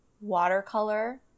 watercolor